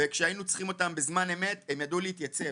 וכשהיינו צריכים אותם בזמן אמת הם ידעו להתייצב.